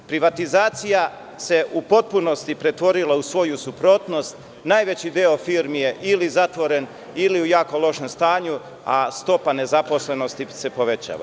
Privatizacija se u potpunosti pretvorila u svoju suprotnost, najveći deo firmi je ili zatvoren, ili u jako lošem stanju, a stopa nezaposlenosti se povećava.